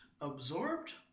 absorbed